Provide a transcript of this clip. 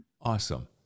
Awesome